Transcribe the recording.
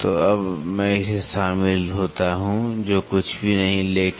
तो अब मैं इसमें शामिल होता हूं जो कुछ भी नहीं है लेकिन